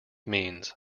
means